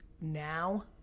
Now